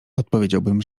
odpowiedziałbym